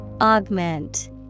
Augment